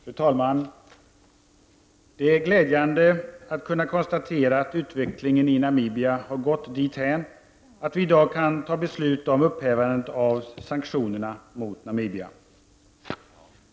Fru talman! Det är glädjande att kunna konstatera att utvecklingen i Namibia har gått dithän att vi i dag kan fatta beslut om upphävande av sanktionerna mot Namibia.